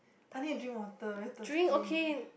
I need to drink water very thirsty eh